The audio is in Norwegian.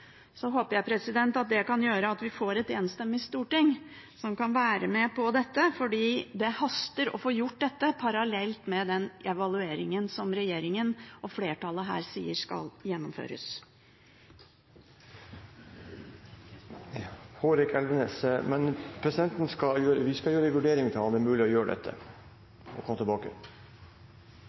Så håper jeg at det kan gjøre at vi får et enstemmig storting som kan være med på dette, fordi det haster å få gjort dette parallelt med den evalueringen som regjeringen og flertallet her sier skal gjennomføres. Vi skal gjøre en vurdering av om det er mulig å gjøre